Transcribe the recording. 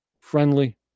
friendly